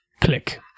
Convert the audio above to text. Click